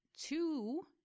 two